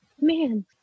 Man